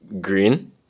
green